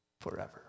forever